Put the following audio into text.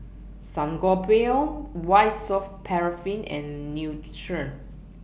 Sangobion White Soft Paraffin and Nutren